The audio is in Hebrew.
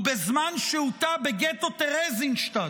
ובזמן שהותה בגטו טרזיינשטט